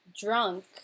drunk